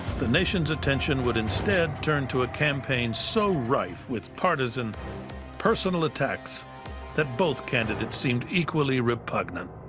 the nation's attention would instead turn to a campaign so rife with partisan personal attacks that both candidates seemed equally repugnant.